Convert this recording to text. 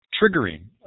triggering